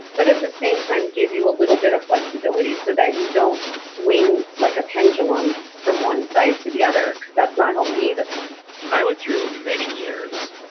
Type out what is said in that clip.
but at the same time, give you a little bit of flexibility so that you don't swing like a pendulum from one side to the other. because that's not healthy either i went through many years,